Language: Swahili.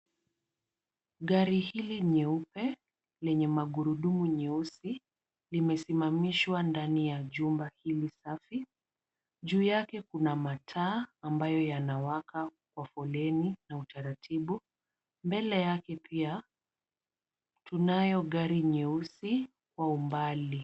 Gari hili nyeupe lenye magurudumu nyeusi limesimamishwa ndani ya jumba hili safi. Juu yake kuna mataa ambayo yanawaka kwa foleni na utaratibu. Mbele yake pia tunayo gari nyeusi kwa umbali.